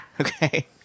Okay